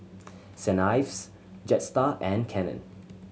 Saint Ives Jetstar and Canon